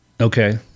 Okay